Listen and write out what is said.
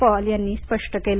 Paul यांनी स्पष्ट केलं